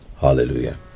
hallelujah